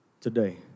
Today